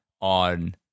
on